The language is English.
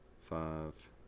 five –